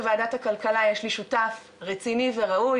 בוועדת הכלכלה יש לי שותף רציני וראוי,